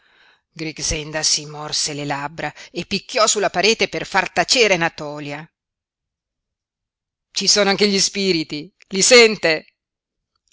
grixenda si morse le labbra e picchiò sulla parete per far tacere natòlia ci sono anche gli spiriti i sente